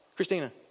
Christina